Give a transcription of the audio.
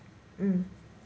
mm